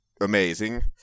amazing